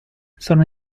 sono